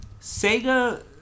Sega